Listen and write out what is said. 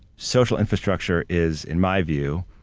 social infrastructure is, in my view,